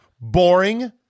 Boring